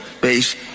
Base